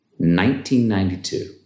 1992